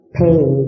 pay